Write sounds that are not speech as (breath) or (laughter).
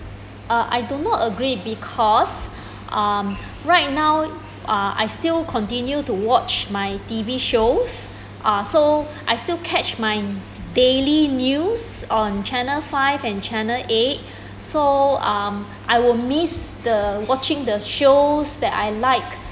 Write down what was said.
uh I do not agree because (breath) um right now uh I still continue to watch my T_V shows uh so I still catch my daily news on channel five and channel eight (breath) so um I will miss the watching the shows that I like